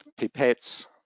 pipettes